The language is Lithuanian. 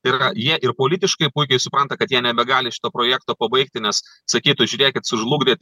tai yra jie ir politiškai puikiai supranta kad jie nebegali šito projekto pabaigti nes sakytų žiūrėkit sužlugdėt